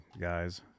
guys